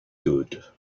good